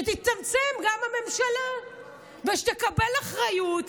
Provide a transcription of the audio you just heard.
שתצטמצם גם הממשלה ושתקבל אחריות,